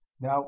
Now